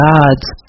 God's